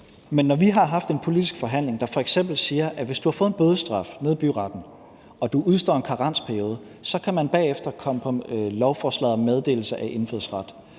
Men når vi har lavet en politisk aftale, der f.eks. siger, at hvis du har fået en bødesstraf i byretten og du udstår en karensperiode, så kan du bagefter komme på lovforslaget om meddelelse af indfødsret,